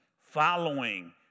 Following